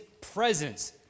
presence